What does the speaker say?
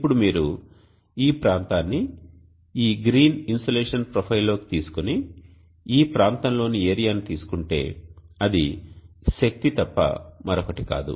ఇప్పుడు మీరు ఈ ప్రాంతాన్ని ఈ గ్రీన్ ఇన్సోలేషన్ ప్రొఫైల్లోకి తీసుకొని ఈ ప్రాంతంలోని ఏరియా ను తీసుకుంటే అది శక్తి తప్ప మరొకటి కాదు